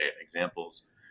examples